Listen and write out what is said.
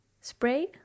spray